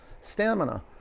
Stamina